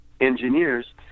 engineers